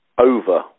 over